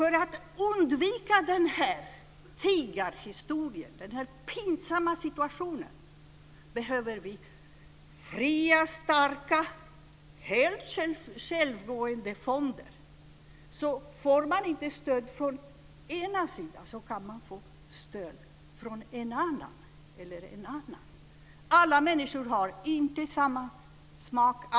För att undvika den pinsamma tiggarsituationen behöver vi fria, starka, helt självgående fonder. Får man inte stöd från den ena sidan, kan man få stöd från en annan sida. Alla människor har inte samma smak.